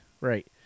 right